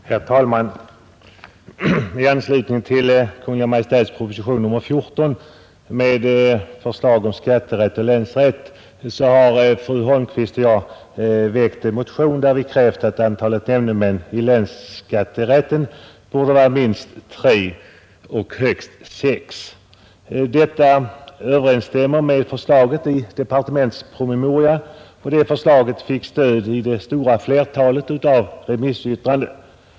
Herr talman! I anslutning till Kungl. Maj:ts proposition nr 14 med förslag om skatterätt och länsrätt har fru Holmqvist och jag väckt en motion, där vi krävt att antalet nämndemän i länsskatterätten skall vara minst tre och högst sex. Detta överensstämmer med förslaget i departementspromemorian, och det förslaget fick stöd i det stora flertalet av remissyttranden.